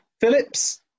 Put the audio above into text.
Phillips